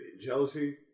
jealousy